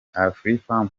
afrifame